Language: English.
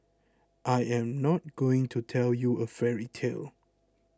I am not going to tell you a fairy tale